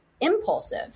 impulsive